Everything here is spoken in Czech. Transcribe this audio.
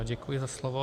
Děkuji za slovo.